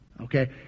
Okay